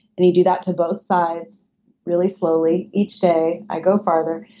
and you do that to both sides really slowly, each day, i go farther.